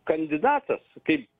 kandidatas kaip